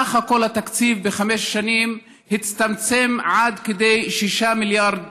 סך הכול התקציב בחמש שנים הצטמצם עד כדי 6 מיליארד